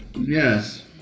Yes